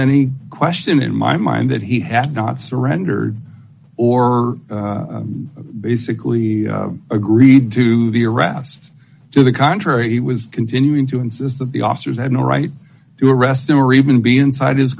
any question in my mind that he had not surrendered or basically agreed to the arrest to the contrary he was continuing to insist that the officers had no right to arrest him or even be untied is